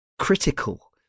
critical